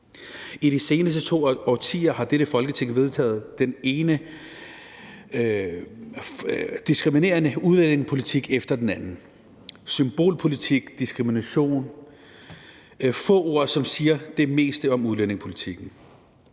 I de seneste to årtier har dette Folketing vedtaget den ene diskriminerende udlændingepolitik efter den anden. Symbolpolitik, diskrimination er få ord, som siger det meste om udlændingepolitikken.